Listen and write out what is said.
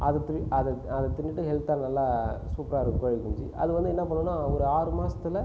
அதை அதை அதை தின்னுவிட்டு ஹெல்தாக நல்லா சூப்பராக இருக்கும் கோழிக்குஞ்சு அது வந்து என்ன பண்ணும்னால் ஒரு ஆறு மாசத்தில்